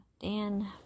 Dan